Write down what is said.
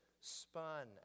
spun